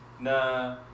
na